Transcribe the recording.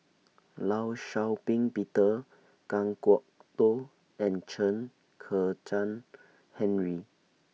law Shau Ping Peter Kan Kwok Toh and Chen Kezhan Henri